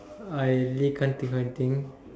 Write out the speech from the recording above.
I really can't think of anything